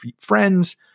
friends